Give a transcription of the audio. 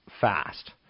fast